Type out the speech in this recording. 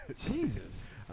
Jesus